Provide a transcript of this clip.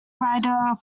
writer